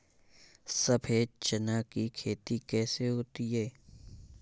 सफेद चना की खेती कैसे होती है?